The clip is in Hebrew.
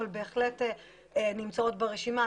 אבל בהחלט נמצאות ברשימה,